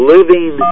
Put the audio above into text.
Living